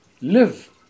live